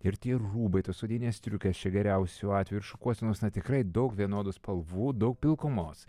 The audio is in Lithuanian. ir tie rūbai tos odinės striukės čia geriausiu atveju ir šukuosenos tikrai daug vienodų spalvų daug pilkumos